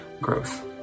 growth